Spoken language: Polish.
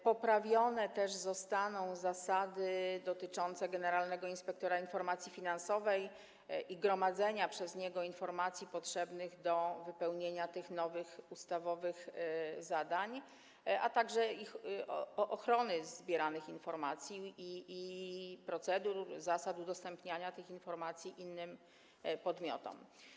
Poprawione też zostaną zasady dotyczące generalnego inspektora informacji finansowej i gromadzenia przez niego informacji potrzebnych do wypełnienia nowych ustawowych zadań, a także ochrony zbieranych informacji i procedur, zasad udostępniania tych informacji innym podmiotom.